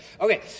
Okay